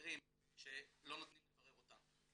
מקרים שלא נותנים לברר אותם.